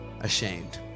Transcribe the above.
ashamed